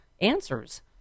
answers